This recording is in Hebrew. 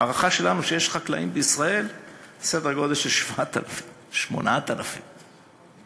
ההערכה שלנו היא שיש סדר גודל של 7,000 8,000 חקלאים בישראל,